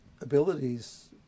abilities